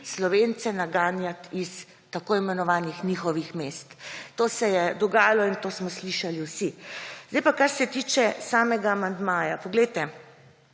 Slovence naganjati iz tako imenovanih njihovih mest. To se je dogajalo in to smo slišali vsi. Sedaj pa, kar se tiče samega amandmaja. To,